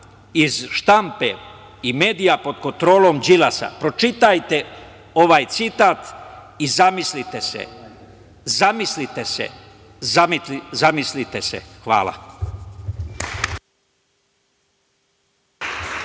iz štampe i medija pod kontrolom Đilasa, pročitajte ovaj citat i zamislite se. Zamislite se. Zamislite se. Hvala.